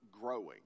growing